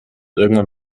irgendwann